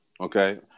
okay